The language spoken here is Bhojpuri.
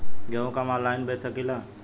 गेहूँ के हम ऑनलाइन बेंच सकी ला?